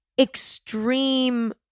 Extreme